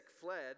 fled